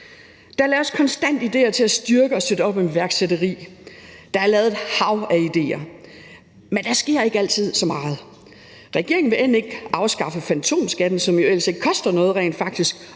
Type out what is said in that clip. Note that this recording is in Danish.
Der laves konstant idéer til at styrke og støtte op om iværksætteri, der er lavet et hav af idéer, men der sker ikke altid så meget. Regeringen vil end ikke afskaffe fantomskatten, hvilket jo rent faktisk